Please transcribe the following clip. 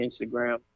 Instagram